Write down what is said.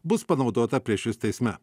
bus panaudota prieš jus teisme